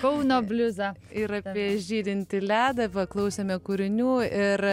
kauno bliuzą ir apie žydintį ledą paklausėme kūrinių ir